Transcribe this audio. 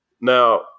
Now